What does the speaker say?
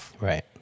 Right